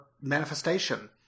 manifestation